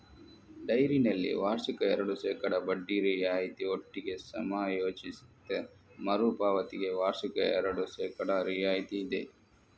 ಡೈರಿನಲ್ಲಿ ವಾರ್ಷಿಕ ಎರಡು ಶೇಕಡಾ ಬಡ್ಡಿ ರಿಯಾಯಿತಿ ಒಟ್ಟಿಗೆ ಸಮಯೋಚಿತ ಮರು ಪಾವತಿಗೆ ವಾರ್ಷಿಕ ಎರಡು ಶೇಕಡಾ ರಿಯಾಯಿತಿ ಇದೆ